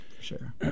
Sure